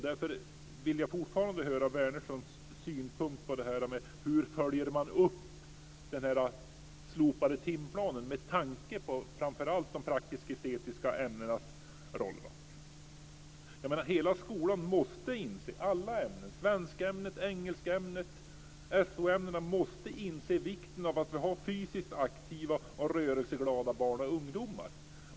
Därför vill jag fortfarande höra Wärnerssons synpunkt om uppföljningen av den slopade timplanen med tanke på framför allt de praktiskestetiska ämnenas roll. Hela skolan måste inse - det gäller alla ämnen, svenskämnet, engelskämnet, SO ämnena - vikten av att ha fysiskt aktiva och rörelseglada barn och ungdomar.